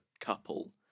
couple